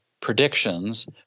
predictions